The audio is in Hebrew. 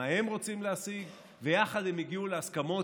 מה הם רוצים להשיג ויחד הם הגיעו להסכמות,